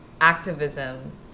activism